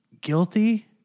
guilty